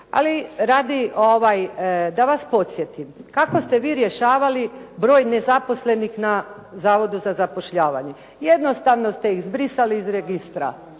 Ali radi, da vas podsjetim, kako ste vi rješavali broj nezaposlenih na Zavodu za zapošljavanje. Jednostavno ste ih zbrisali iz registra.